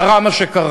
קרה מה שקרה.